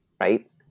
right